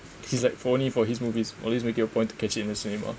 he's like only for his movies always make it a point to catch it in the cinema